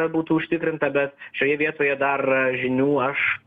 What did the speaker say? būtų užtikrinta bet šioje vietoje dar žinių aš